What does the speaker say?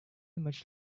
much